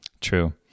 True